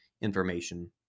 information